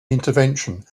intervention